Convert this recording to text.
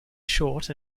short